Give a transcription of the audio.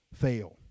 fail